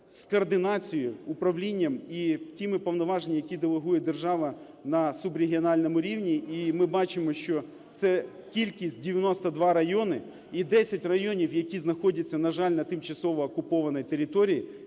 координацією, управлінням і тими повноваженнями, які делегує держава на субрегіональному рівні, і ми бачимо, що це кількість 92 райони, і 10 районів, які знаходяться, на жаль, на тимчасово окупованій території